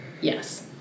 Yes